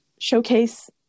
showcase